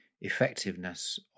effectiveness